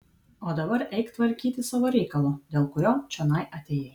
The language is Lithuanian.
o dabar eik tvarkyti savo reikalo dėl kurio čionai atėjai